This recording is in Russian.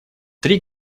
три